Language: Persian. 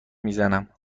میزنم